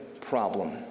problem